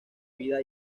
vida